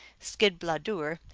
skidbladuir,